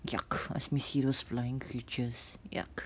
yuck ask me see those flying creatures yuck